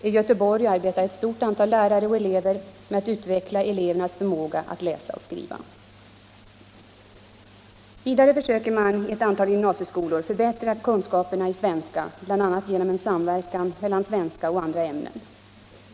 I Göteborg arbetar ett stort antal lärare och elever med att utveckla elevernas förmåga att läsa och skriva. Vidare försöker man i ett antal gymnasieskolor förbättra kunskaperna i svenska bl.a. genom en samverkan mellan undervisningen i svenska och i andra ämnen.